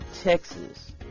Texas